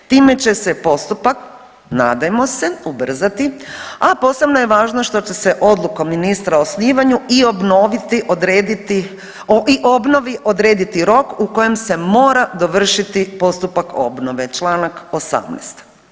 Time će se postupak, nadajmo se, ubrzati, a posebno je važno što će se odlukom ministra o osnivanju i obnoviti, odrediti, i obnovi odrediti rok u kojem se mora dovršiti postupak obnove, čl. 18.